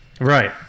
Right